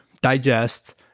digest